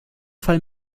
fall